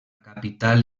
capital